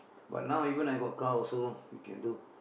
but now even I got car also I can do